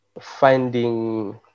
finding